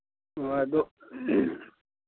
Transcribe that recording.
ꯑ ꯑꯗꯨ